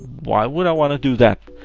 why would i wanna do that?